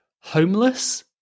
homeless